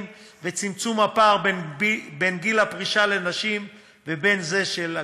וצמצום הפער בין גיל הפרישה לנשים לבין זה של הגברים.